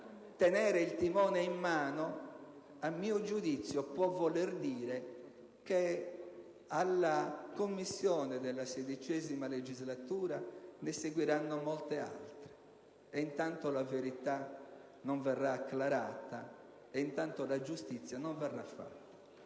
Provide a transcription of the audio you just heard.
tenere il timone in mano, a mio giudizio, può voler dire che alla Commissione della XVI legislatura ne seguiranno molte altre, e intanto la verità non verrà acclarata, e intanto la giustizia non verrà fatta.